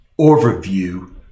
overview